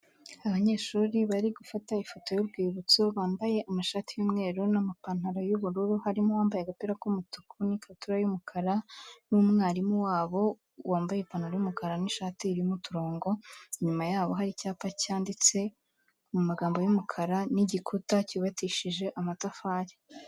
Abanyeshuri bari gufata ifoto y'urwibutso, bambaye amashati y'umweru n'amapantaro y'ubururu, harimo uwambaye agapira k'umutuku n'ikabutura y'umukara, n'umwarimu wabo wambaye ipantaro yumukara n'ishati irimo uturongo, inyuma yabo hari icyapa cyanditse mu magambo y'umukara n'igikuta cyubakishije amatafari.